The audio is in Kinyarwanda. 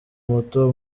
muto